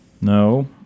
No